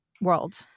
world